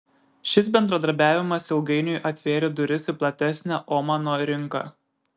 šis bendradarbiavimas ilgainiui atvėrė duris į platesnę omano rinką